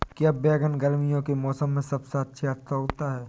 क्या बैगन गर्मियों के मौसम में सबसे अच्छा उगता है?